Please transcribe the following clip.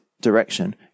direction